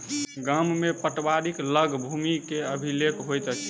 गाम में पटवारीक लग भूमि के अभिलेख होइत अछि